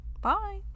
Bye